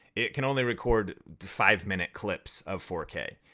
it can only record five minute clips of four k.